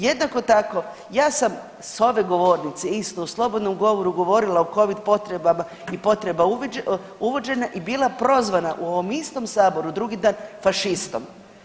Jednako tako ja sam s ove govornice isto u slobodnom govoru govorila o Covid potvrdama i potreba uvođenja i bila prozvana u ovom istom saboru drugi dan fašistom.